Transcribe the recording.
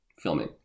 filming